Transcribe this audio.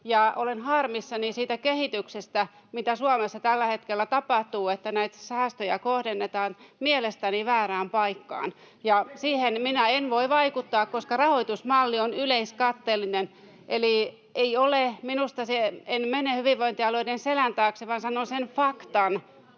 ja olen harmissani siitä kehityksestä, mitä Suomessa tällä hetkellä tapahtuu, että näitä säästöjä kohdennetaan mielestäni väärään paikkaan. Ja siihen minä en voi vaikuttaa, koska rahoitusmalli on yleiskatteellinen. Eli en mene hyvinvointialueiden selän taakse, vaan sanon sen faktan,